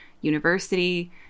university